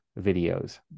videos